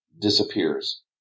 disappears